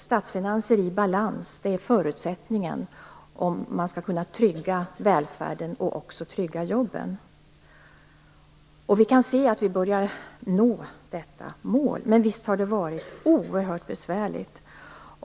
Statsfinanser i balans är förutsättningen om man skall kunna trygga välfärden - och också trygga jobben. Vi kan se att vi nu börjar nå detta mål - men visst har det varit oerhört besvärligt.